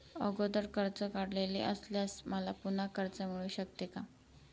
अगोदर कर्ज काढलेले असल्यास मला पुन्हा कर्ज मिळू शकते का?